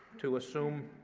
to assume